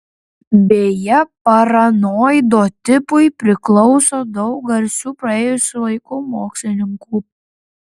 beje paranoido tipui priklauso daug garsių praėjusių laikų mokslininkų